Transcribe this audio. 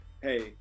hey